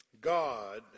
God